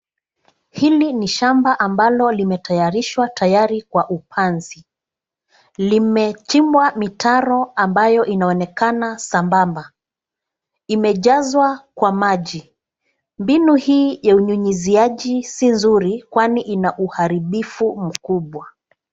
Hili ni shamba ambalo limetayarishwa tayari kwa upanzi. Limechimbwa mitaro ambayo inaonekana sambamba. Imejazwa kwa maji. Mbinu hii ya unyunyizaji si nzuri kwani ina uharibifu mkubwa.